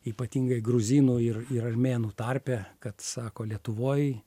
ypatingai gruzinų ir ir armėnų tarpe kad sako lietuvoj